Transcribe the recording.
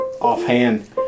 offhand